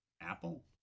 apple